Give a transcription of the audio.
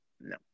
No